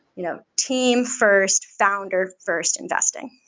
you know team first, founder first investing.